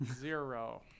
Zero